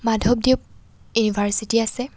মাধৱদেৱ ইউনিভাৰ্চিটি আছে